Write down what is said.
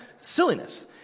Silliness